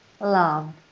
love